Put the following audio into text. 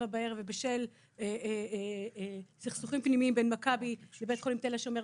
בערב בשל סכסוכים פנימיים בין מכבי לבית החולים תל השומר,